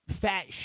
fat